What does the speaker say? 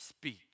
speech